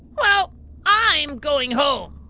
well i'm going home.